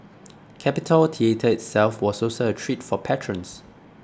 Capitol Theatre itself was also a treat for patrons